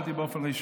התחלתי באופן רשמי,